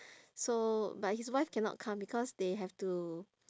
so but his wife cannot come because they have to